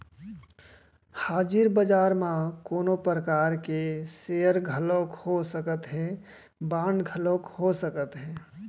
हाजिर बजार म कोनो परकार के सेयर घलोक हो सकत हे, बांड घलोक हो सकत हे